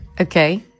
Okay